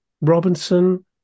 Robinson